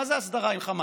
מה זה הסדרה עם חמאס?